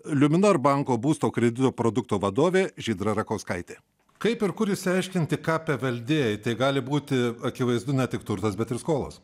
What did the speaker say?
liuminor banko būsto kredito produkto vadovė žydra rakauskaitė kaip ir kur išsiaiškinti ką paveldėjai tai gali būti akivaizdu ne tik turtas bet ir skolas